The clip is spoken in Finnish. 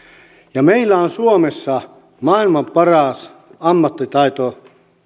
tänne meillä on suomessa maailman paras ammattitaito